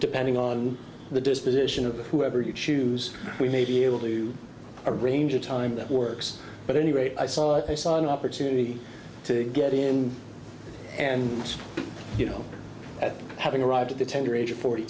depending on the disposition of whoever you choose we may be able to arrange a time that works at any rate i saw i saw an opportunity to get in and you know that having arrived at the tender age of forty